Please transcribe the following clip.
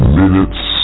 minutes